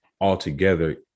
altogether